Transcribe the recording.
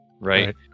right